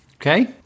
okay